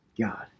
God